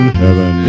heaven